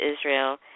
Israel